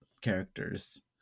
characters